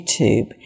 YouTube